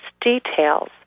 details